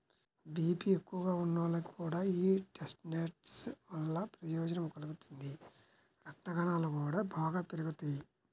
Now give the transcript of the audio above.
BP ఎక్కువగా ఉన్నోళ్లకి కూడా యీ చెస్ట్నట్స్ వల్ల ప్రయోజనం కలుగుతుంది, రక్తకణాలు గూడా బాగా పెరుగుతియ్యి